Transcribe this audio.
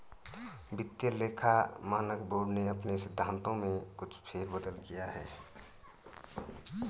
वित्तीय लेखा मानक बोर्ड ने अपने सिद्धांतों में कुछ फेर बदल किया है